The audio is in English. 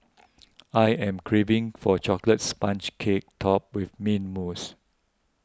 I am craving for a Chocolate Sponge Cake Topped with Mint Mousse